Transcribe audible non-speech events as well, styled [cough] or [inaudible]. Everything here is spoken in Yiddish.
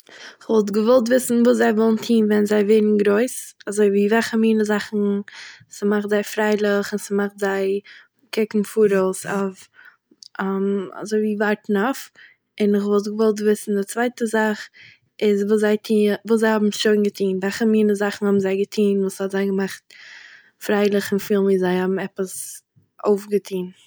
כ'וואלט געוואלט וויסן וואס זיי וועלן טוהן ווען זיי ווערן גרויס אזויווי וועלכע מיני זאכן ס'מאכט זיי פריילעך און ס'מאכט זיי קוקן פאראויס אויף, [hesitation] אזויווי ווארטן אויף, און איך וואלט געוואלט וויסן די צווייטע זאך, איז וואס זיי טוהען- וואס זיי האבן שוין געטוהן, וועלכע מיני זאכן האבן זיי געטוהן וואס האט זיי געמאכט פריילעך און פילן ווי זיי האבן עפעס אויפגעטוהן